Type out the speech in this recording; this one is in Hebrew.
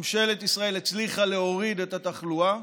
ממשלת ישראל הצליחה להוריד את התחלואה,